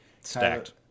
Stacked